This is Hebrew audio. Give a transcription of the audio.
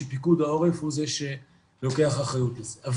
של להגיד איך עושים את הדברים ולא איך לא עושים אותם אבל צריך